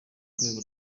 rwego